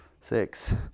six